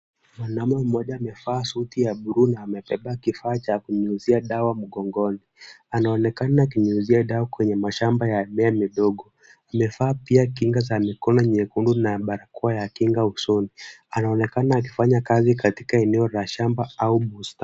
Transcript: Mwanaume mmoja amevaa suti ya buluu na amebeba kifaa cha kunyunyizia dawa mgongoni. Anaonekana akinyunyizia dawa kwenye mashamba ya mimea midogo. Amevaa pia kinga za mikono nyekundu na barakoa ya kinga usoni. Anaonekana akifanya kazi katika eneo la shamba au bustani.